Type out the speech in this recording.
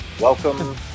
Welcome